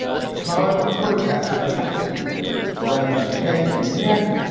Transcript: baton to protester, a temple student around the head and neck,